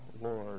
Lord